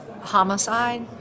homicide